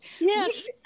Yes